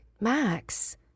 Max